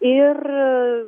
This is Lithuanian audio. ir aaa